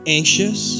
anxious